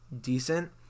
decent